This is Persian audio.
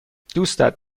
دوستت